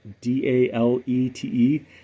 D-A-L-E-T-E